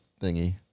thingy